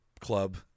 club